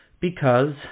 Because